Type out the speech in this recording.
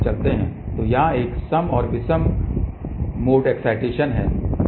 तो यहाँ एक सम और विषम मोड एक्साईटेशन है